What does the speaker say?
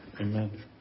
Amen